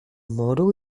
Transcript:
moro